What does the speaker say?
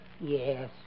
Yes